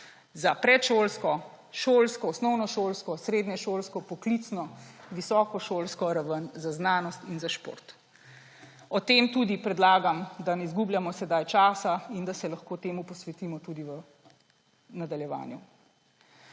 za predšolsko, šolsko, osnovnošolsko, srednješolsko, poklicno, visokošolsko raven, za znanost in za šport. O tem tudi predlagam, da ne izgubljamo sedaj časa in da se lahko temu posvetimo tudi v nadaljevanju.